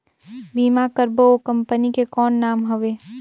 बीमा करबो ओ कंपनी के कौन नाम हवे?